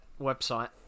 website